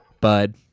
bud